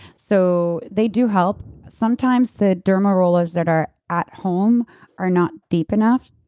so they do help. sometimes the derma rollers that are at home are not deep enough.